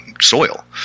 soil